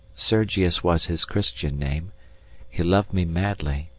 sergius was his christian name he loved me madly,